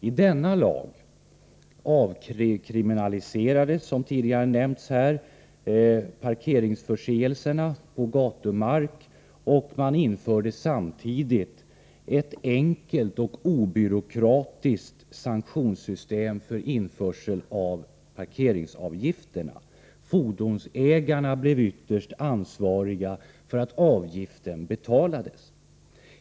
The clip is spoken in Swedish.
I denna lag avkriminaliserades — som tidigare nämnts här — parkeringsförseelser på gatumark, och man införde samtidigt ett enkelt och obyråkratiskt sanktionssystem för införsel av parkeringsavgifterna. Fordonsägarna blev ytterst ansvariga för att avgifterna betalades.